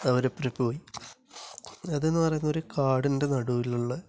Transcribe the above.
അവര്ക്കൊപ്പം പോയി അത് എന്ന് പറയുന്നത് ഒരു കാടിൻ്റെ നടുവിലുള്ള